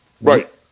Right